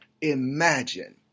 imagine